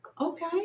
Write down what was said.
Okay